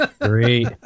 Great